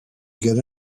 get